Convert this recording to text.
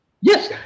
Yes